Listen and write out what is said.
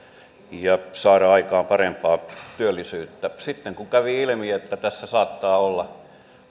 ja saada aikaan parempaa työllisyyttä sitten kun kävi ilmi että tässä saattaa olla